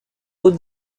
haute